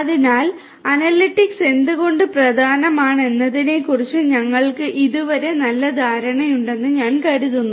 അതിനാൽ അനലിറ്റിക്സ് എന്തുകൊണ്ട് പ്രധാനമാണ് എന്നതിനെക്കുറിച്ച് ഞങ്ങൾക്ക് ഇതുവരെ ഒരു നല്ല ധാരണയുണ്ടെന്ന് ഞാൻ കരുതുന്നു